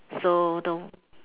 so don't